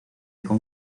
con